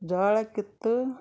ಜ್ವಾಳ ಕಿತ್ತು